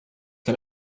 can